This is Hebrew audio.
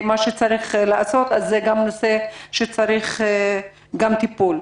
זה גם נושא שמצריך טיפול.